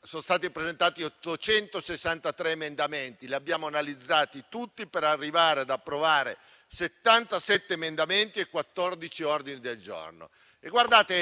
sono stati presentati 863 emendamenti, li abbiamo analizzati tutti per arrivare ad approvare 77 emendamenti e 14 ordini del giorno.